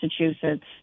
Massachusetts